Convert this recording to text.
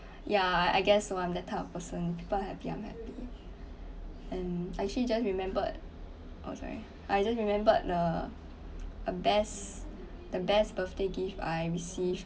ya I I guess so I'm that type of person people are happy I'm happy I actually just remembered oh sorry I just remembered the a best the best birthday gift I received